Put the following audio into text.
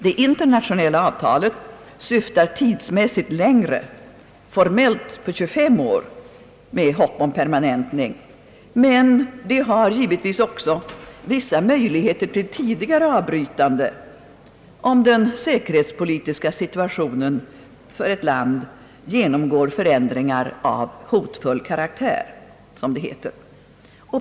Det internationella avtalet syftar tidsmässigt längre, formellt på 25 år med hopp om permanentning, men har givetvis också vissa möj ligheter till tidigare avbrytande, om den säkerhetspolitiska situationen genomgår förändringar av hotfull karaktär, som det heter.